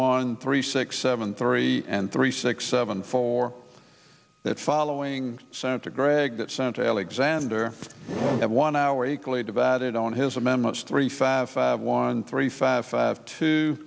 one three six seven three and three six seven for that following senator gregg that sent alexander at one hour equally divided on his amendments three five one three five five t